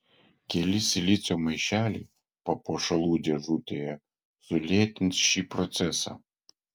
keli silicio maišeliai papuošalų dėžutėje sulėtins šį procesą